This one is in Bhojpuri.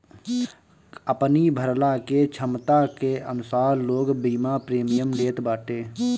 अपनी भरला के छमता के अनुसार लोग बीमा प्रीमियम लेत बाटे